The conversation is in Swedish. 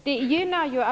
Herr talman!